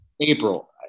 April